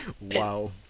Wow